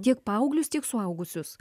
tiek paauglius tiek suaugusius